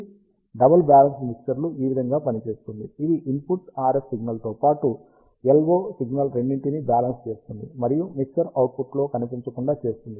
కాబట్టి double balanced mixer ఈ విధంగా పనిచేస్తుంది ఇది ఇన్పుట్ RF సిగ్నల్తో పాటు LO సిగ్నల్ రెండింటినీ బ్యాలెన్స్ చేస్తుంది మరియు మిక్సర్ అవుట్పుట్లో కనిపించకుండా చేస్తుంది